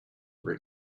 were